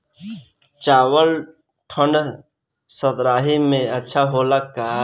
चावल ठंढ सह्याद्री में अच्छा होला का?